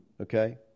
Okay